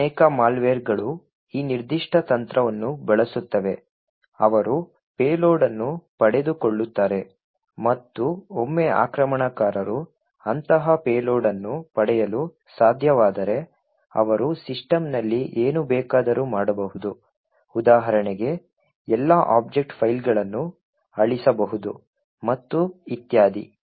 ಅನೇಕ ಮಾಲ್ವೇರ್ಗಳು ಈ ನಿರ್ದಿಷ್ಟ ತಂತ್ರವನ್ನು ಬಳಸುತ್ತವೆ ಅವರು ಪೇಲೋಡ್ ಅನ್ನು ಪಡೆದುಕೊಳ್ಳುತ್ತಾರೆ ಮತ್ತು ಒಮ್ಮೆ ಆಕ್ರಮಣಕಾರರು ಅಂತಹ ಪೇಲೋಡ್ ಅನ್ನು ಪಡೆಯಲು ಸಾಧ್ಯವಾದರೆ ಅವರು ಸಿಸ್ಟಮ್ನಲ್ಲಿ ಏನು ಬೇಕಾದರೂ ಮಾಡಬಹುದು ಉದಾಹರಣೆಗೆ ಎಲ್ಲಾ ಆಬ್ಜೆಕ್ಟ್ ಫೈಲ್ಗಳನ್ನು ಅಳಿಸಬಹುದು ಮತ್ತು ಇತ್ಯಾದಿ